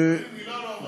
זה ממש מפריע.